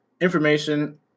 information